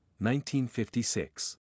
1956